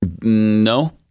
No